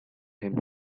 him